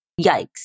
Yikes